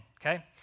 okay